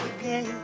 again